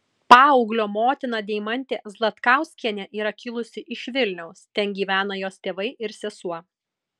paauglio motina deimantė zlatkauskienė yra kilusi iš vilniaus ten gyvena jos tėvai ir sesuo